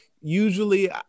usually